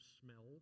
smell